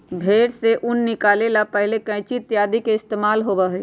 भेंड़ से ऊन निकाले ला पहले कैंची इत्यादि के इस्तेमाल होबा हलय